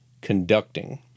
conducting